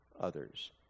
others